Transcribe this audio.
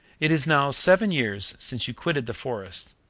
it is now seven years since you quitted the forest,